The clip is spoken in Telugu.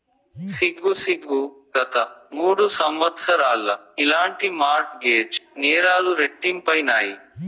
సిగ్గు సిగ్గు, గత మూడు సంవత్సరాల్ల ఇలాంటి మార్ట్ గేజ్ నేరాలు రెట్టింపైనాయి